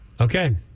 Okay